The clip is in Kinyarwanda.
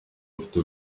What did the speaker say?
bafite